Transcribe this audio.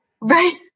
right